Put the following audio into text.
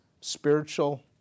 spiritual